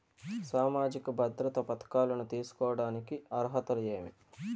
సామాజిక భద్రత పథకాలను తీసుకోడానికి అర్హతలు ఏమి?